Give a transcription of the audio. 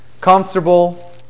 comfortable